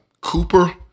Cooper